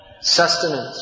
sustenance